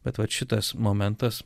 bet vat šitas momentas